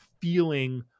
feeling